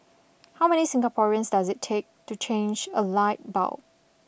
how many Singaporeans does it take to change a light bulb